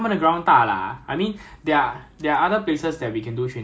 ya Singapore you cannot do armour armour training here